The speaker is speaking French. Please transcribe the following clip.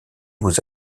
aux